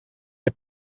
der